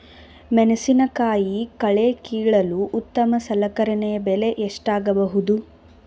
ಮೆಣಸಿನಕಾಯಿ ಕಳೆ ಕೀಳಲು ಉತ್ತಮ ಸಲಕರಣೆ ಬೆಲೆ ಎಷ್ಟಾಗಬಹುದು?